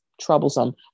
troublesome